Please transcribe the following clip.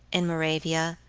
in moravia,